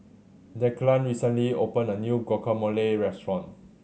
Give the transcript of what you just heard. Declan recently opened a new Guacamole Restaurant